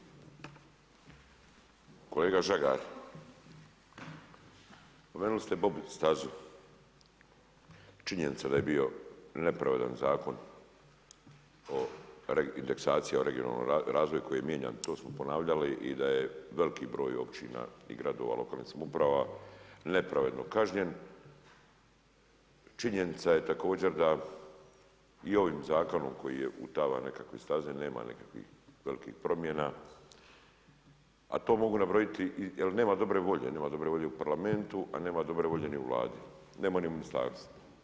Kolega Žagar, spomenuli ste bob stazu, činjenica da je bio nepravedan o indeksaciji o regionalnom razvoju koji je mijenjan to smo ponavljali i da je veliki broj općina i gradova lokalnih samouprava nepravedno kažnjen, činjenica je također da i ovim zakonom koji je … nekakve staze nema nekakvih velikih promjena, a to mogu nabrojiti jel nema dobre volje, nema dobre volje u Parlamentu, a nema dobre volje ni u Vladi nema ni u ministarstvu.